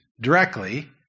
directly